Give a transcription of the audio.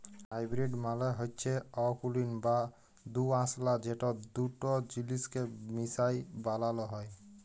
hybrid মালে হচ্যে অকুলীন বা দুআঁশলা যেট দুট জিলিসকে মিশাই বালালো হ্যয়